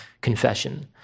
confession